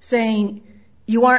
saying you aren't